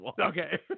Okay